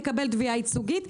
לקבל תביעה ייצוגית.